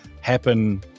happen